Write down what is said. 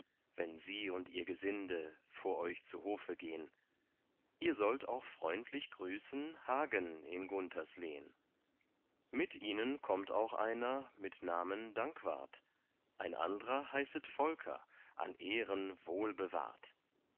wenn sie und ihr gesinde vor euch zu hofe gehn ihr sollt auch freundlich grüßen hagen in gunthers lehn mit ihnen kommt auch einer mit namen dankwart ein andrer heißet volker an ehren